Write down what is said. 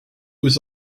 was